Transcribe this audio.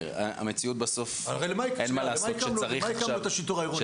הרי בשביל מה הקמנו את השיטור העירוני?